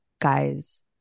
guys